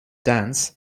dance